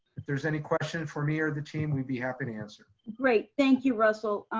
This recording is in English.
if there's any question for me or the team, we'd be happy to answer. great. thank you russell.